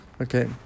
Okay